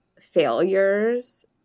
failures